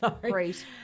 great